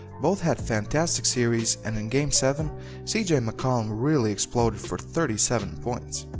both had fantastic series and in game seven cj and mccollum really exploded for thirty seven points.